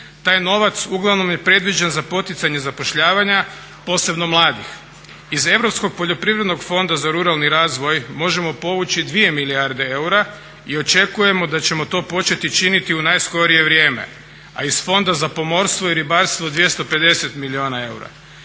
Taj novac uglavnom je predviđen za poticanje zapošljavanja, posebno mladih. Iz Europskog poljoprivrednog fonda za ruralni razvoj možemo povući 2 milijarde eura i očekujemo da ćemo to početi činiti u najskorije vrijeme. A iz Fonda za pomorstvo i ribarstvo 250 milijuna eura.